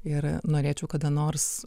ir norėčiau kada nors